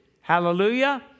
Hallelujah